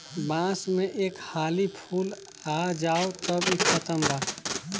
बांस में एक हाली फूल आ जाओ तब इ खतम बा